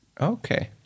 Okay